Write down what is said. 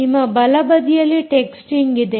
ನಿಮ್ಮ ಬಲ ಬದಿಯಲ್ಲಿ ಟೆಕ್ಸ್ಟಿಂಗ್ ಇದೆ